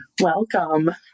Welcome